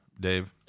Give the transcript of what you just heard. Dave